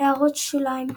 הערות שוליים ==